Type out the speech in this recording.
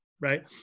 right